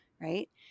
right